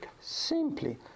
simply